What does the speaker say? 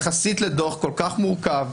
יחסית לדוח כל כך מורכב,